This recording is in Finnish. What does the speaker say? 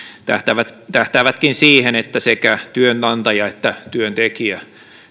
tähtäävätkin tähtäävätkin siihen että sekä työnantaja että työntekijä